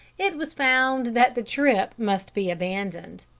it was found that the trip must be abandoned.